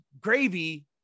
gravy